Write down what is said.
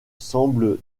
semble